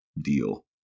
deal